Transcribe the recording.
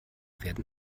werden